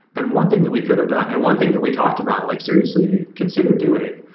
and one thing that we could have done and one thing that we talked about, like seriously considered doing,